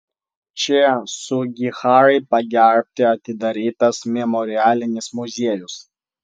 č sugiharai pagerbti atidarytas memorialinis muziejus